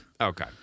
Okay